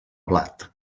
blat